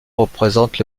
représente